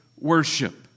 worship